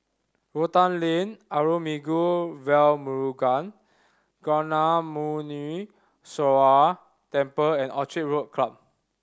Rotan Lane Arulmigu Velmurugan Gnanamuneeswarar Temple and Orchid Club